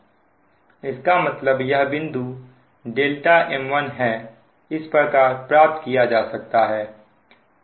इसका मतलब यह बिंदु m1इस प्रकार प्राप्त किया जा सकता है